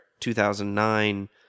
2009